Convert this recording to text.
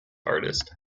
artist